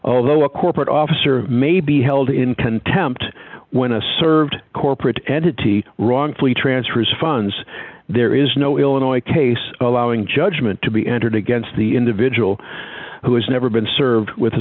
although a corporate officer may be held in contempt when a served corporate entity wrongfully transfers funds there is no illinois case allowing judgement to be entered against the individual who has never been served with a